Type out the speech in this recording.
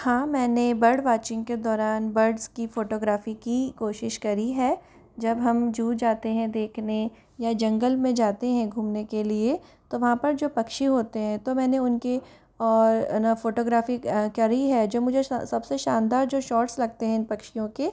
हाँ मैंने bird watching के दौरान बर्ड्स की फ़ोटोग्राफी की कोशिश करी है जब हम ज़ू जाते हैं देखने या जंगल में जाते हैं घूमने के लिए तो वहाँ पर जो पक्षी होतें हैं तो मैंने उनकी और फ़ोटोग्राफी करी है जो मुझे सबसे शानदार जो शॉट्स लगते हैं पक्षियों के